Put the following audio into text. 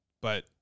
but-